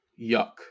Yuck